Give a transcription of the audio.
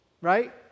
right